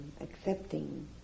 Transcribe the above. accepting